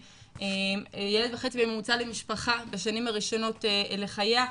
ילד וחצי ממוצע למשפחה בשנים הראשונות לחייה.